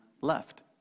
left